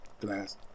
glass